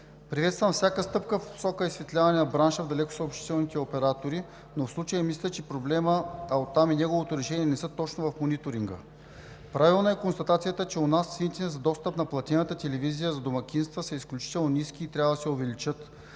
Приветствам всяка стъпка в посока на изсветляване на бранша в далекосъобщителните оператори, но в случая мисля, че проблемът, а оттам и неговото решение, не са точно в мониторинга. Правилна е констатацията, че у нас цените за достъп на платената телевизия за домакинства са изключително ниски и трябва да се увеличат,